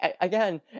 again